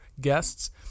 guests